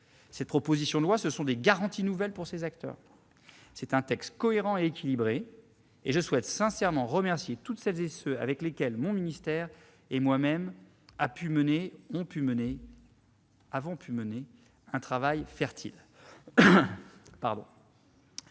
Cette proposition de loi, ce sont des garanties nouvelles pour ses acteurs. C'est un texte cohérent et équilibré, et je souhaite sincèrement remercier toutes celles et tous ceux avec lesquels mon ministère et moi-même avons pu mener un travail fertile